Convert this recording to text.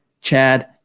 Chad